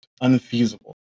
unfeasible